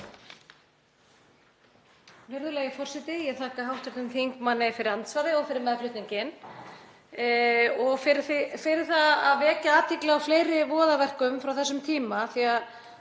Virðulegi forseti. Ég þakka hv. þingmanni fyrir andsvarið og fyrir meðflutninginn og fyrir að vekja athygli á fleiri voðaverkum frá þessum tíma því að